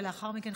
ולאחר מכן,